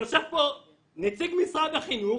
יושב פה נציג משרד החינוך,